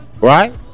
Right